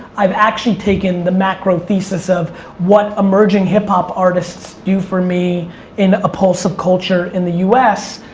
i've actually taken the macro thesis of what emerging hip hop artists do for me in a pulse of culture. in the us,